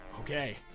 Okay